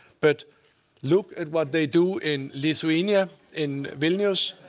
but look at what they do in lithuania, in vilnius